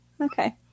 Okay